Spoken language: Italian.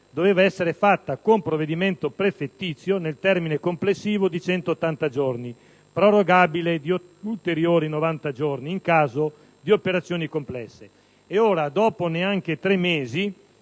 doveva essere stabilita con provvedimento prefettizio nel termine complessivo di 180 giorni, prorogabile di ulteriori 90 giorni in caso di operazioni complesse. Ora, dopo neanche tre mesi,